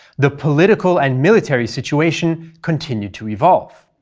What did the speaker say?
the political and military situation continued to evolve.